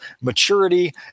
maturity